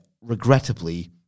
regrettably